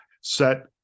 set